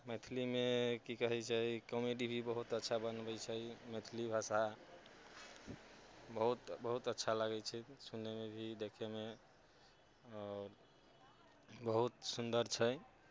मैथिलीमे की कहै छै कॉमेडी भी बहुत अच्छा बनबै छै मैथिली भाषा बहुत बहुत अच्छा लागै छै सुनैमे भी देखैमे और बहुत सुन्दर छै